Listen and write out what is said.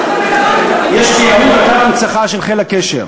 יש בידי עלות אתר הנצחה של חיל הקשר.